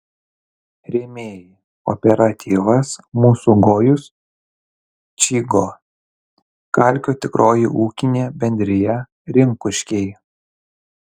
rėmėjai kooperatyvas mūsų gojus čygo kalkio tikroji ūkinė bendrija rinkuškiai